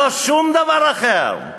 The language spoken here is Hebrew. לא שום דבר אחר.